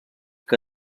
que